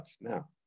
Now